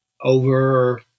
over